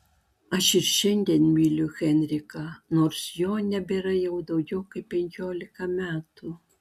aš ir šiandien myliu henriką nors jo nebėra jau daugiau kaip penkiolika metų